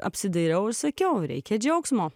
apsidairiau ir sakiau reikia džiaugsmo